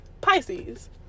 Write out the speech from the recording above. Pisces